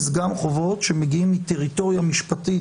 גם חובות שמגיעים מטריטוריה משפטית,